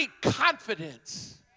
confidence